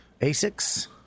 Asics